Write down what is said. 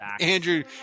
Andrew